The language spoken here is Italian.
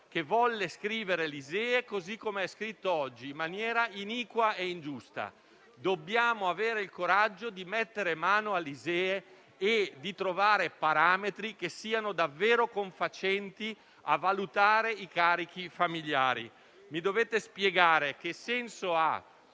che volle scrivere l'ISEE così come è scritto oggi, in maniera iniqua e ingiusta. Dobbiamo avere il coraggio di mettere mano all'ISEE e di trovare parametri che siano davvero confacenti a valutare i carichi familiari. Mi dovete spiegare che senso ha